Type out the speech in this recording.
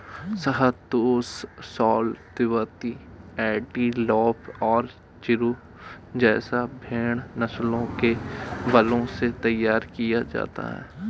शहतूश shawl तिब्बती antelope और चिरु जैसी भेड़ नस्लों के बालों से तैयार किया जाता है